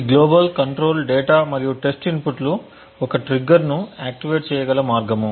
ఈ global control data మరియు test ఇన్పుట్లు ఒక ట్రిగ్గర్ ను ఆక్టివేట్ చేయగల మార్గం